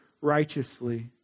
righteously